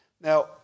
Now